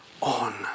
on